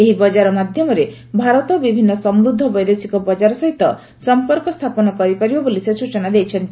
ଏହି ବଜାର ମାଧ୍ୟମରେ ଭାରତ ବିଭିନ୍ନ ସମୃଦ୍ଧ ବୈଦେଶିକ ବଜାର ସହିତ ସମ୍ପର୍କ ସ୍ଥାପନ କରିପାରିବ ବୋଲି ସେ ସ୍ବଚନା ଦେଇଛନ୍ତି